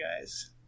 guys